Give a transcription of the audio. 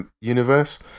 universe